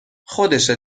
خودشه